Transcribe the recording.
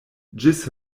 ĝis